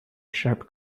sharp